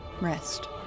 rest